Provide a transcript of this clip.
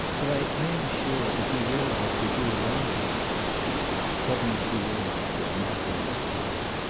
but i am sure, if he realized that you are lonely suddenly she realized that natalie was crying.